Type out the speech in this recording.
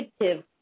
negative